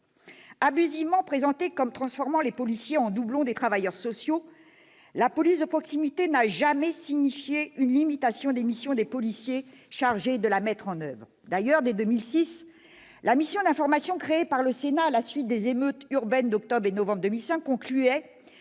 Abusivement présentée comme transformant les policiers en doublons des travailleurs sociaux, la police de proximité n'a jamais signifié une limitation des missions des policiers chargés de la mettre en oeuvre. D'ailleurs, dès 2006, la mission d'information créée par le Sénat à la suite des émeutes urbaines d'octobre et novembre 2005 concluait